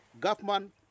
government